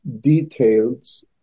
details